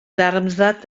darmstadt